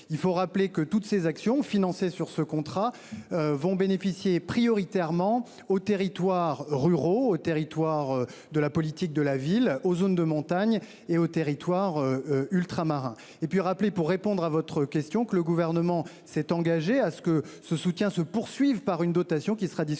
Il faut rappeler que toutes ces actions financées sur ce contrat. Vont bénéficier prioritairement aux territoires ruraux au territoire de la politique de la ville aux zones de montagne et aux territoires ultramarins et puis rappelez pour répondre à votre question que le gouvernement s'est engagé à ce que ce soutien se poursuivent par une dotation qui sera discuté